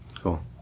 Cool